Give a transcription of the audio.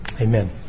Amen